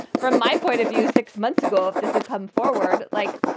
from my point of view, six months ago, if this had come forward, like,